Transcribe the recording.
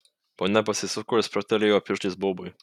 ponia pasisuko ir spragtelėjo pirštais baubui